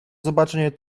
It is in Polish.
zobaczenie